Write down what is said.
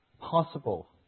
possible